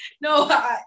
No